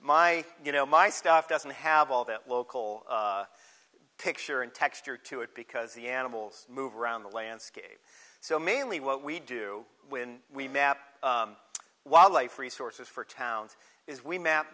my you know my stuff doesn't have all that local picture and texture to it because the animals move around the landscape so mainly what we do when we map wildlife resources for towns is we map